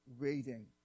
waiting